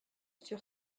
sur